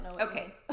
Okay